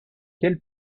quel